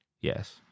Yes